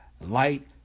Light